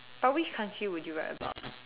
but which country would you write about